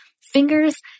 fingers